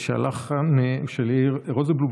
והלחן הוא של יאיר רוזנבלום,